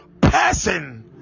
person